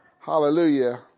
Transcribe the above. hallelujah